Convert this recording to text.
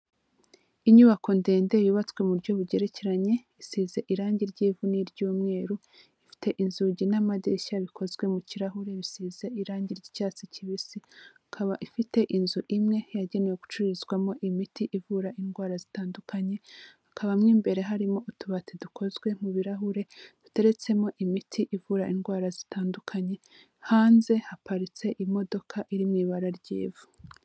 Inyubako ndende yubatswe mu buryo bugerekeranye, isize irangi ry'ivu n'iry'umweru, ifite inzugi n'amadirishya bikozwe mu kirahure bisize irangi ry'icyatsi kibisi, ikaba ifite inzu imwe yagenewe gucururizwamo imiti ivura indwara zitandukanye, hakabamo imbere harimo utubati dukozwe mu birahure, duteretsemo imiti ivura indwara zitandukanye, hanze haparitse imodoka iri mu ibara ry'ivu.